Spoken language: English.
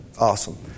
awesome